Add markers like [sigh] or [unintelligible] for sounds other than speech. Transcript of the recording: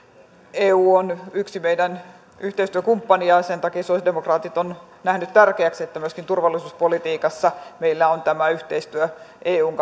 eu on yksi meidän yhteistyökumppanimme ja sen takia sosialidemokraatit ovat nähneet tärkeäksi että myöskin turvallisuuspolitiikassa meillä on tämä yhteistyö eun [unintelligible]